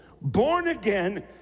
born-again